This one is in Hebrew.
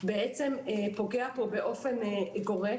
פוגע פה באופן גורף.